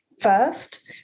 first